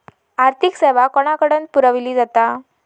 आर्थिक सेवा कोणाकडन पुरविली जाता?